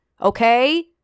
Okay